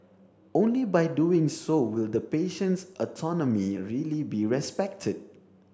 only by doing so will the patient's autonomy really be respected